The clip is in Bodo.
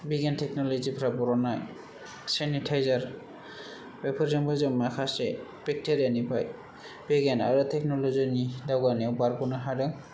बिगियान टेक्न'लजि फोरा बरननाय सेनिटाइजार बेफोरजोंबो जों माखासे बेक्टेरिया निफ्राय बिगियान आरो टेक्न'लजि नि दावगानायाव बारग'नो हादों